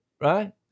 Right